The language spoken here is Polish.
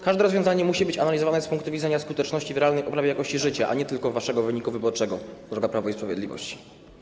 Każde rozwiązanie musi być analizowane z punktu widzenia skuteczności i realnej poprawy jakości życia, a nie tylko waszego wyniku wyborczego, drogie Prawo i Sprawiedliwość.